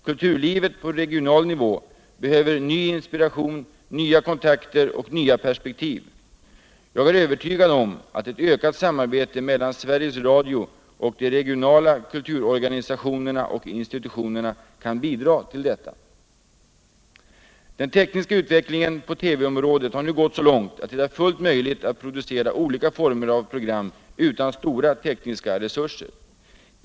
Kulturlivet på regional nivå behöver ny inspiration, nya kontakter och nya perspektiv. Jag är övertygad om att en ökning av samarbetet mellan Sveriges Radio och de regionala kulturorganisationerna och institutionerna kan bidra till detta. : Den tekniska utvecklingen på TV-området har nu gått så långt att det är fullt möjligt att producera olika former av program utan stora tekniska resurser.